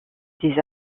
des